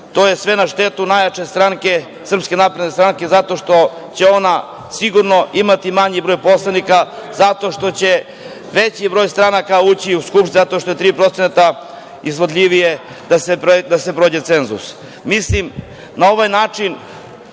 to je sve na štetu najjače stranke, Srpske napredne stranke, zato što će ona sigurno imati manji broj poslanika, zato što će veći broj stranaka ući u Skupštinu, zato što je 3% izvodljivije da se pređe cenzus. Na ovaj način